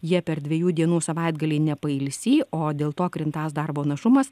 jie per dviejų dienų savaitgalį nepailsį o dėl to krintąs darbo našumas